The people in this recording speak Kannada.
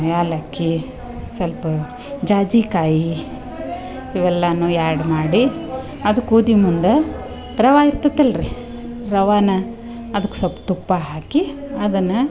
ಏಲಕ್ಕಿ ಸಲ್ಪ ಜಾಜಿಕಾಯಿ ಇವೆಲ್ಲನು ಆ್ಯಡ್ ಮಾಡಿ ಅದು ಕೂದಿವ ಮುಂದ ರವಾ ಇರ್ತೈತೆ ಅಲ್ರಿ ರವಾನ ಅದಕ್ಕೆ ಸೊಲ್ಪ್ ತುಪ್ಪ ಹಾಕಿ ಅದನ್ನ